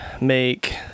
make